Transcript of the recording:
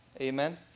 amen